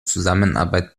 zusammenarbeit